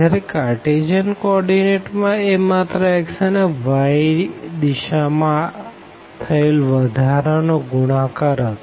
જયારે Cartesian coordinate માં એ માત્ર x અને y દિશા માં થયેલ વધારા નો ગુણાકાર હતો